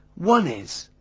one is.